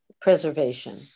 preservation